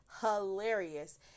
hilarious